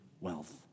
wealth